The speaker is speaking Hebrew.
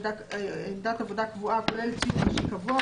בעמדת עבודה קבועה הכוללת ציוד אישי קבוע,